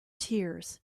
tears